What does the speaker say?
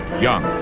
young.